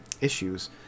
issues